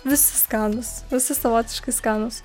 visi skanūs visi savotiškai skanūs